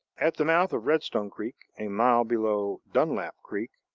at the mouth of redstone creek, a mile below dunlap creek,